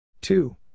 Two